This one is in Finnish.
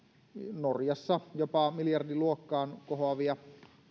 norjassa jopa miljardiluokkaan kohoavia kansainvälisiä